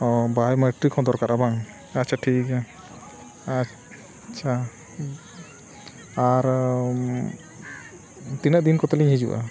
ᱚᱻ ᱵᱟᱭᱚᱢᱮᱴᱨᱤ ᱦᱚᱸ ᱫᱚᱨᱠᱟᱨᱟ ᱵᱟᱝ ᱟᱪᱪᱷᱟ ᱴᱷᱤᱠ ᱜᱮᱭᱟ ᱟᱪᱪᱷᱟ ᱟᱨ ᱛᱤᱱᱟᱹᱜ ᱫᱤᱱ ᱠᱚᱛᱮ ᱞᱤᱧ ᱦᱤᱡᱩᱜᱼᱟ